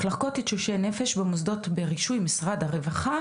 מחלקות לתשושי נפש ברישוי משרד הרווחה